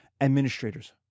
Administrators